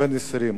בן 20 נהרג,